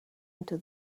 into